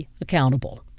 accountable